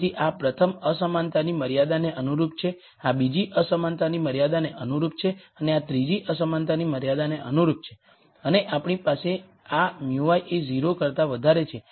તેથી આ પ્રથમ અસમાનતાની મર્યાદાને અનુરૂપ છે આ બીજી અસમાનતાની મર્યાદાને અનુરૂપ છે અને આ ત્રીજી અસમાનતાની મર્યાદાને અનુરૂપ છે અને આપણી પાસે આ μi એ 0 કરતા વધારે છે